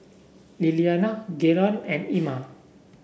Liliana Gaylon and Ima